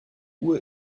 uhr